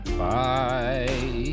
bye